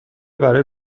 برای